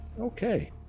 okay